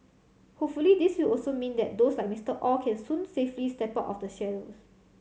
hopefully this will also mean that those like Mister Aw can soon safely step out of the shadows